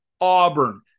Auburn